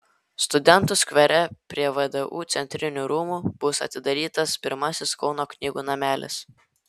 studentų skvere prie vdu centrinių rūmų bus atidarytas pirmasis kauno knygų namelis